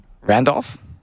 Randolph